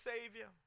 Savior